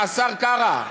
השר קרא,